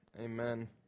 amen